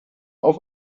auf